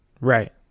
right